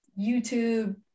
YouTube